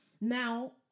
Now